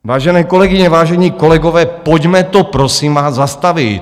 Vážené kolegyně, vážení kolegové, pojďme to, prosím vás, zastavit.